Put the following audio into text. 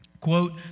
quote